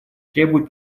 требует